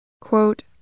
Quote